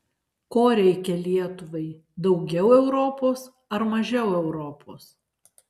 ko reikia lietuvai daugiau europos ar mažiau europos